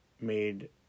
made